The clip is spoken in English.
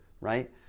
right